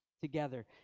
together